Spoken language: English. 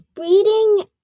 reading